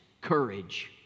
courage